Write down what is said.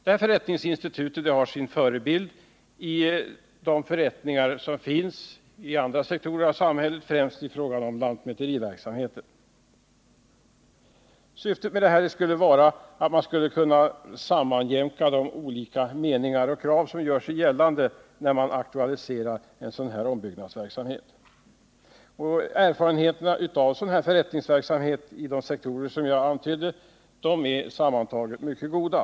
Det förrättningsinstitutet har sin förebild i de förrättningar som finns inom andra sektorer av samhället, främst i fråga om lantmäteriverksamheten. Syftet med det skulle vara att man skulle kunna sammanjämka de olika meningar och krav som gör sig gällande när man aktualiserat den här typen av ombyggnadsverksamhet. Erfarenheterna av sådan här förrättningsverksamhet inom de sektorer jag antydde är sammantaget mycket goda.